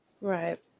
Right